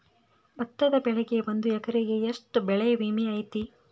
ಭತ್ತದ ಬೆಳಿಗೆ ಒಂದು ಎಕರೆಗೆ ಎಷ್ಟ ಬೆಳೆ ವಿಮೆ ಐತಿ?